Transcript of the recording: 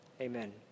Amen